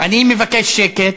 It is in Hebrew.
אני מבקש שקט.